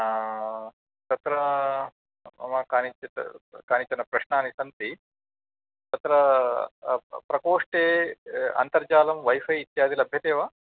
तत्र मम कानिचित् कानिचन प्रश्नानि सन्ति तत्र प्रकोष्ठे अन्तरजालं वैफै इत्यादि लभ्यते वा